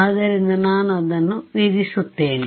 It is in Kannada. ಆದ್ದರಿಂದ ನಾನು ಅದನ್ನು ವಿಧಿಸುತ್ತೇನೆ